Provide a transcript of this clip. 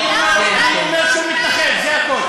למה, מפני שהוא, אני אומר שהוא מתנחל, זה הכול.